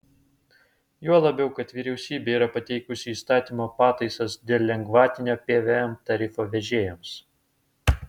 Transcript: juo labiau kad vyriausybė yra pateikusi įstatymo pataisas dėl lengvatinio pvm tarifo vežėjams